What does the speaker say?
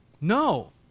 No